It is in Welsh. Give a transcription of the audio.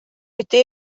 wedi